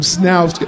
now